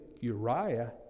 Uriah